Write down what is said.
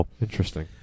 Interesting